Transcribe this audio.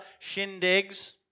shindigs